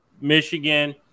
Michigan